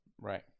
Right